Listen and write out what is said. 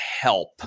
help